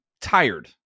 tired